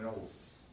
else